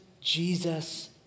Jesus